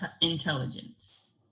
intelligence